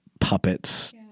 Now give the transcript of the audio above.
puppets